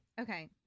Okay